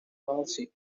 policy